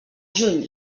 juny